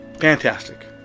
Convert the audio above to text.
Fantastic